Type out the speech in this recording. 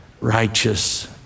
righteous